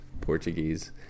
Portuguese